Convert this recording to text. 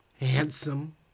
handsome